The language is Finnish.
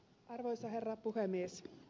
arvoisa herra puhemies